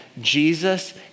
Jesus